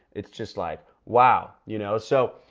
it's just like, wow! you know. so,